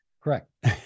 Correct